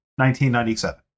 1997